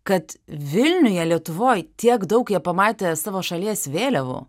kad vilniuje lietuvoj tiek daug jie pamatė savo šalies vėliavų